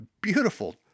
beautiful